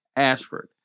Ashford